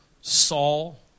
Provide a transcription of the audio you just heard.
Saul